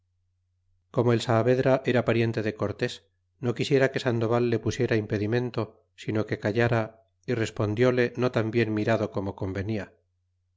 como el saavedra era pariente de cortés no quisiera que sandoval le pusiera impedimento sino que callara y respondióle no tan bien mirado como convenia